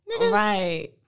Right